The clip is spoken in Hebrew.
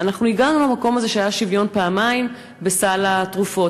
והגענו למקום הזה שפעמיים היה שוויון בסל התרופות.